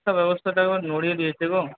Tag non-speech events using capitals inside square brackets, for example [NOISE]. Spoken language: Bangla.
শিক্ষাব্যবস্থাটা [UNINTELLIGIBLE] নড়িয়ে দিয়েছে গো